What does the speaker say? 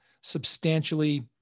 substantially